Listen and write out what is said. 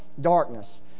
darkness